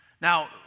Now